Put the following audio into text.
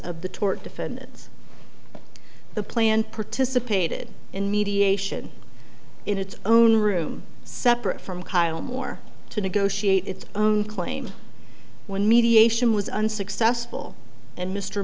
defendants the plan participated in mediation in its own room separate from kyle moore to negotiate its own claim when mediation was unsuccessful and mr